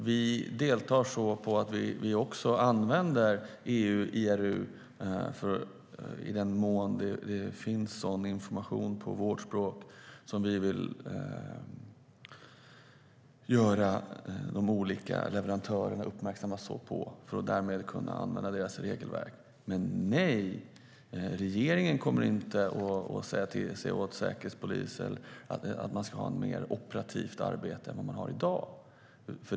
Vi deltar också genom att vi använder EU IRU i den mån det finns sådan information på vårt språk som vi vill göra de olika leverantörerna uppmärksamma på för att därmed kunna använda deras regelverk. Men nej, regeringen kommer inte att säga åt Säkerhetspolisen att de ska ha mer operativt arbete än de har i dag.